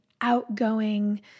outgoing